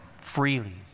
Freely